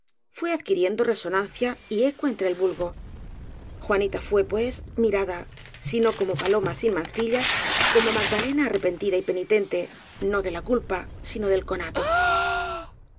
fué adquiriendo resonancia y eco entre el vulgo juanita fué pues mirada si no como paloma sin mancilla como magdalena arrepentida y penitente no de la culpa sino del conato